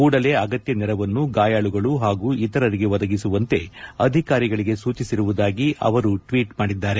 ಕೂಡಲೇ ಅಗತ್ಯ ನೆರವನ್ನು ಗಾಯಾಳುಗಳು ಹಾಗೂ ಇತರರಿಗೆ ಒದಗಿಸುವಂತೆ ಅಧಿಕಾರಿಗಳಿಗೆ ಸೂಚಿಸಿರುವುದಾಗಿ ಅವರು ಟ್ವೀಟ್ ಮಾಡಿದ್ದಾರೆ